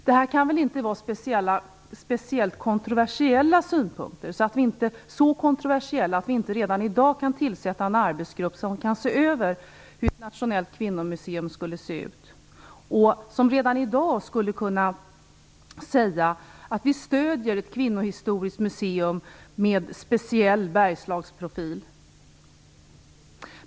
Det här kan väl inte vara så kontroversiella synpunkter att vi inte redan i dag kan tillsätta en arbetsgrupp som kan se över hur ett nationellt kvinnomuseum skulle se ut och som redan i dag skulle kunna säga att vi stöder ett kvinnohistoriskt museum med speciell Bergslagsprofil.